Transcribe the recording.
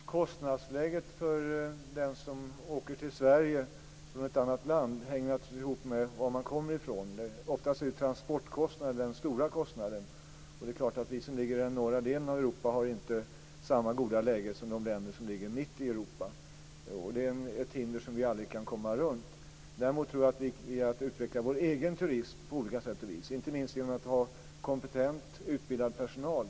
Fru talman! Kostnadsläget för den som åker till Sverige från ett annat land hänger naturligtvis ihop med varifrån man kommer. Ofta är det transportkostnaden som är den stora kostnaden, och vi i norra delen av Europa har självfallet inte samma goda läge som länderna mitt i Europa. Det är ett hinder som vi aldrig kan komma runt. Däremot tror jag att vi kan utveckla vår egen turism på olika sätt, inte minst genom att ha kompetent, utbildad personal.